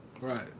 Right